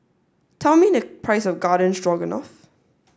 tell me the price of Garden Stroganoff